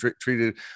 treated